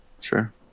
Sure